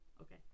Okay